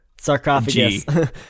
sarcophagus